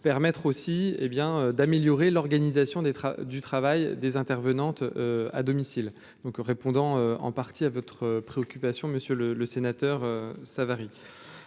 permettre aussi, hé bien d'améliorer l'organisation des du travail des intervenantes à domicile donc répondant en partie à votre préoccupation monsieur le le sénateur Savary